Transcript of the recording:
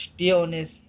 stillness